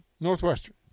Northwestern